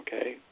Okay